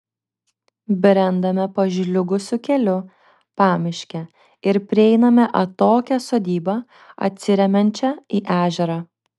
brendame pažliugusiu keliu pamiške ir prieiname atokią sodybą atsiremiančią į ežerą